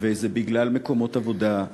וזה בגלל מקומות עבודה.